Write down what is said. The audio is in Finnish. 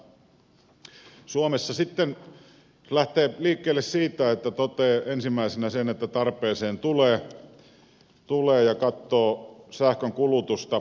sitten kun lähtee liikkeelle siitä että toteaa ensimmäisenä sen että tarpeeseen tulee ja katsoo sähkön kulutusta